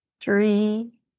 three